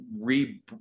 re